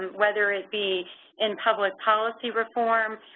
whether it be in public policy reform,